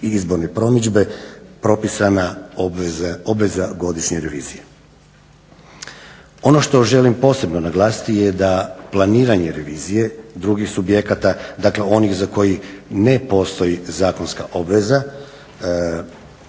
izborne promidžbe propisana obveza godišnje revizije. Ono što želim posebno naglasiti je da planiranje revizije drugih subjekta dakle za one koje ne postoji zakonska obveza